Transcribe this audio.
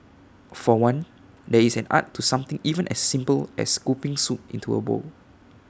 for one there is an art to something even as simple as scooping soup into A bowl